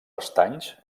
estanys